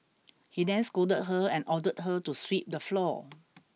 he then scolded her and ordered her to sweep the floor